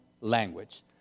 language